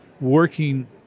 working